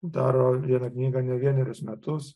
daro vieną knygą ne vienerius metus